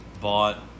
bought